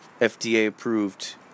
FDA-approved